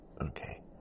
Okay